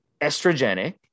estrogenic